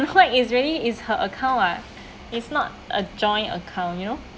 what is really is her account [what] is not a joint account you know